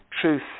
truth